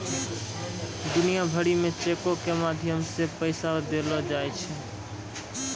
दुनिया भरि मे चेको के माध्यम से पैसा देलो जाय सकै छै